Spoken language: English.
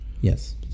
Yes